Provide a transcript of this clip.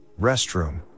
restroom